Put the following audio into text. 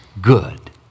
good